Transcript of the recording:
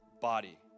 body